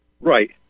Right